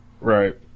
Right